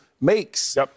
makes